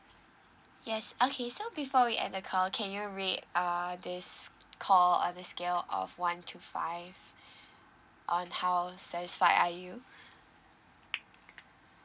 yes okay so before we end the call can you rate err this call on the scale of one to five on how satisfied are you